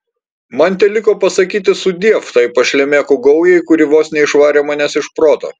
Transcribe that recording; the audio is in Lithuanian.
man teliko pasakyti sudiev tai pašlemėkų gaujai kuri vos neišvarė manęs iš proto